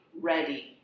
ready